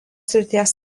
srities